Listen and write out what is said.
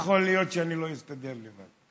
יכול להיות שאני לא אסתדר לבד.